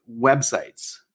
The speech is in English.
websites